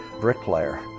bricklayer